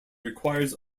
requires